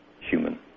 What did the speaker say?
human